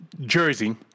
Jersey